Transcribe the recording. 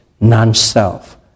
non-self